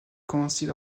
coïncide